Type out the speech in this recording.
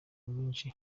mwinshi